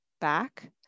back